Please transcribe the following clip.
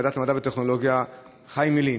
ועדת המדע והטכנולוגיה: חיים ילין,